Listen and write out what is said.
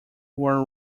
were